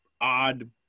odd